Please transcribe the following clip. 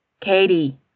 Katie